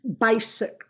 basic